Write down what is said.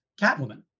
Catwoman